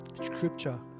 Scripture